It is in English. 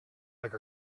like